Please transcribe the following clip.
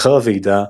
לאחר הוועידה,